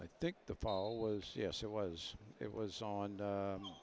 i think the fall was yes it was it was on